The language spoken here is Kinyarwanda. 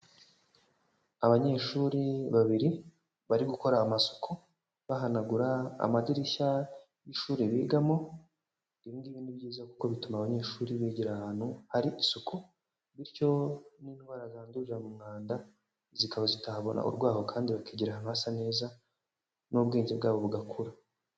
Abanyeshuri babiri, bari gukora amasuku, bahanagura amadirishya y'ishuri bigamo, ibi ngibi ni byiza kuko bituma abanyeshuri bigira ahantu hari isuku, bityo n'indwara zandurira mu mwanda zikaba zitahabona urwaho, kandi bakigira ahantu hasa neza, n'ubwenge bwabo bugakura.